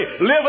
live